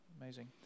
amazing